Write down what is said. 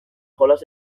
jolas